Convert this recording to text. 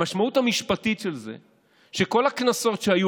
המשמעות המשפטית של זה היא שכל הקנסות שהיו,